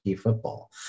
football